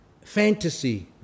fantasy